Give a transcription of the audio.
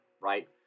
right